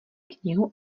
knihu